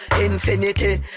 infinity